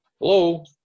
hello